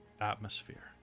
atmosphere